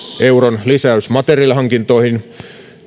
euron lisäys materiaalihankintoihin